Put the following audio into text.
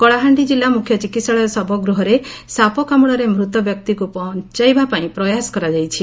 କଳାହାଣ୍ଡି ଜିଲ୍ଲା ମୁଖ୍ୟ ଚିକିହାଳୟ ଶବଗୃହରେ ସାପକାମୁଡ଼ାରେ ମୂତ ବ୍ୟକ୍ତିକୁ ବଞାଇବାପାଇଁ ପ୍ରୟାସ କରାଯାଇଛି